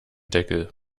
deckel